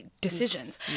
decisions